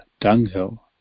dunghill